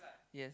yes